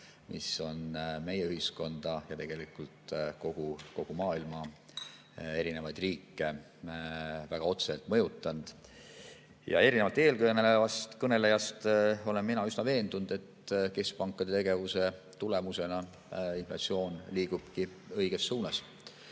mis on meie ühiskonda ja tegelikult kogu maailma riike väga otseselt mõjutanud. Erinevalt eelkõnelejast olen ma üsna veendunud, et keskpankade tegevuse tulemusena inflatsioon liigubki õiges suunas